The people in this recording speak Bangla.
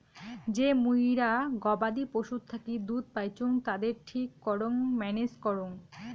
যে মুইরা গবাদি পশুর থাকি দুধ পাইচুঙ তাদের ঠিক করং ম্যানেজ করং